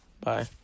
Bye